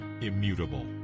immutable